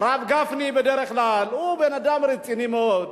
שהוא יחזור לקדימה?